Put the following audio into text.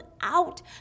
out